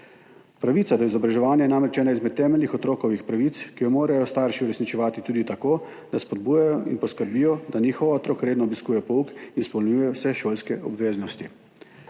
Pravica do izobraževanja je namreč ena izmed temeljnih otrokovih pravic, ki jo morajo starši uresničevati tudi tako, da spodbujajo in poskrbijo, da njihov otrok redno obiskuje pouk in izpolnjuje vse šolske obveznosti.